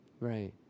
Right